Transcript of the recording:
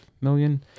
million